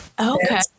Okay